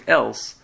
else